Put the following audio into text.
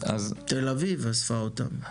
תל אביב אספה אותם.